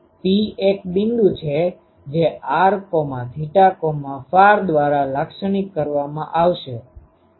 P એક બિંદુ છે જે rθϕ દ્વારા લાક્ષણિક કરવામાં આવશે